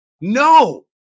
No